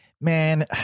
man